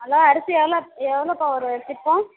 hello அரிசி எவ்வளோ எவ்வளோப்பா ஒரு சிப்பம்